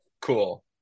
Cool